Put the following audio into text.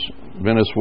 Venezuela